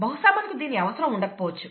బహుశా మనకు దీని అవసరం ఉండకపోవచ్చు